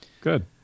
Good